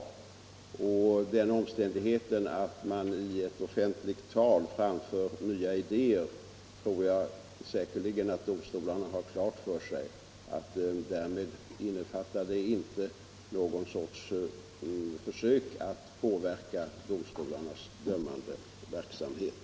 De har säkerligen klart för sig att den omständigheten att man i ett offentligt tal framför nya idéer inte innebär något försök att påverka domarna i deras dömande verksamhet.